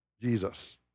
Jesus